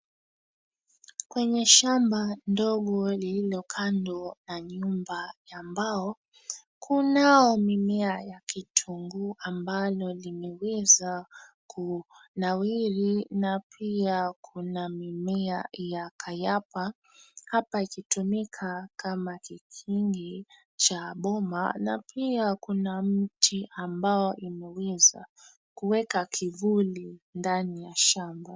Kwenye shamba ndogo lililo kando ya nyumba ya mbao, kunao mimea ya kitunguu ambalo limeweza kunawiri. Na pia kuna mimea ya kayaba hapa ikitumika kama kikingi cha boma. Na pia kuna mti ambao umeweza kuweka kivuli ndani ya shamba.